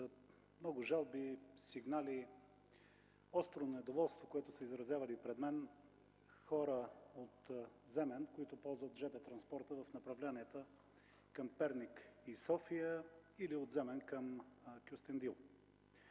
многото жалби, сигнали, острото недоволство, което са изразявали пред мен хора от Земен, които ползват жп транспорта в направленията към Перник и София или от Земен към Кюстендил.